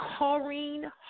Corrine